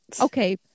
Okay